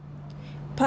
part